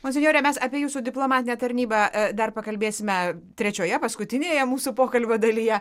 monsinjore mes apie jūsų diplomatinę tarnybą e dar pakalbėsime trečioje paskutinėje mūsų pokalbio dalyje